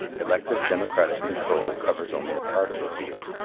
elective democratic control covers only a part of the field.